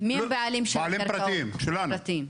בעלים פרטיים שלנו,